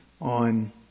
on